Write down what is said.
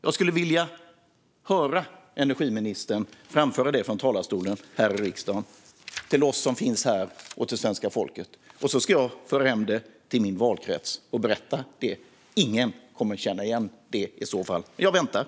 Jag skulle vilja höra energiministern framföra det från talarstolen här i riksdagen till oss som finns här och till svenska folket. Sedan ska jag föra hem det till min valkrets och berätta det. Ingen kommer i så fall att känna igen det. Jag väntar.